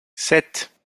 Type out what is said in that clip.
sept